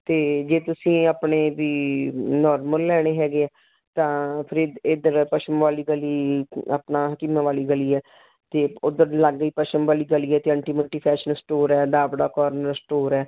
ਅਤੇ ਜੇ ਤੁਸੀਂ ਆਪਣੇ ਵੀ ਨੋਰਮਲ ਲੈਣੇ ਹੈਗੇ ਹੈ ਤਾਂ ਫੇਰ ਏਧ ਇੱਧਰ ਹੈ ਪਛਮ ਵਾਲੀ ਗਲੀ ਆਪਣਾ ਹਕੀਮਾਂ ਵਾਲੀ ਗਲੀ ਹੈ ਅਤੇ ਉੱਧਰ ਲਾਗੇ ਹੀ ਪਛਮ ਵਾਲੀ ਗਲੀ ਹੈ ਅਤੇ ਅੰਟੀ ਬੰਟੀ ਫੈਸ਼ਨ ਸਟੋਰ ਹੈ ਦਾਬੜਾ ਕੋਰਨਰ ਸਟੋਰ ਹੈ